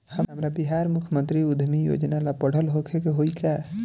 हमरा बिहार मुख्यमंत्री उद्यमी योजना ला पढ़ल होखे के होई का?